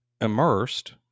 immersed